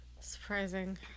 surprising